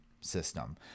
system